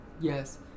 Yes